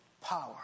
power